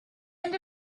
end